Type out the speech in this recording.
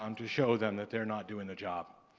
um to show them that they are not doing the job.